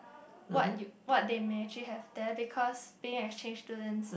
what you what they may actually have there because being exchange students